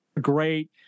great